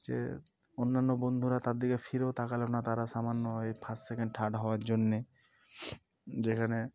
যে অন্যান্য বন্ধুরা তার দিকে ফিরেও তাকালো না তারা সামান্য এই ফার্স্ট সেকেন্ড থার্ড হওয়ার জন্যে যেখানে